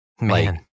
man